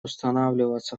устанавливаться